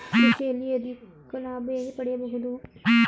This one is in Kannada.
ಕೃಷಿಯಲ್ಲಿ ಅಧಿಕ ಲಾಭ ಹೇಗೆ ಪಡೆಯಬಹುದು?